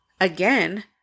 again